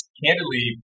candidly